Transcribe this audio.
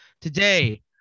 Today